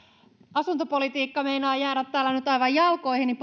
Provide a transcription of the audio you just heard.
asuntopolitiikka meinaa jäädä täällä nyt aivan jalkoihin